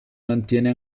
mantiene